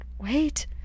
wait